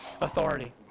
authority